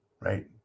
right